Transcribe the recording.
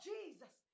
Jesus